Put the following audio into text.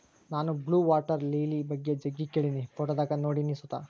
ನಾನು blue water lily ಬಗ್ಗೆ ಜಗ್ಗಿ ಕೇಳಿನಿ, ಫೋಟೋದಾಗ ನೋಡಿನಿ ಸುತ